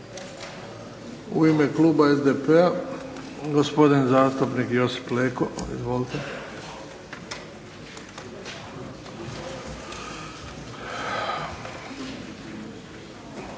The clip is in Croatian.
U ime kluba SDP-a gospodin zastupnik Josip Leko. Izvolite.